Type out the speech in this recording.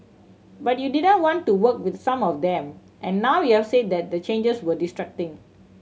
but you didn't want to work with some of them and now you've said that the changes were distracting